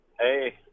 Hey